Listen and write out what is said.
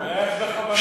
איך בכוונתכם,